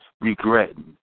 regretting